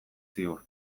ziur